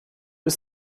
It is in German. ist